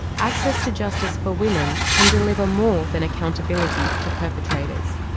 access to justice for women can deliver more than accountability to perpetrators,